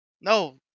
No